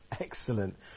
Excellent